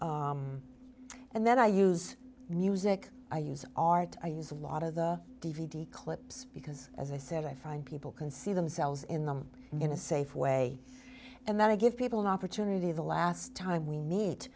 lives and then i use music i use art i use a lot of the d v d clips because as i said i find people can see themselves in them in a safe way and then i give people an opportunity the last time we meet